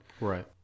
Right